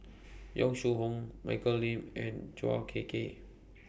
Yong Shu Hoong Michelle Lim and Chua Ek Kay